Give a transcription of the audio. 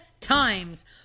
times